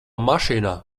mašīnā